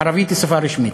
ערבית היא שפה רשמית.